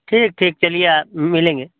ठीक ठीक चलिए मिलेंगे